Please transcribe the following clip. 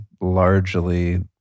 largely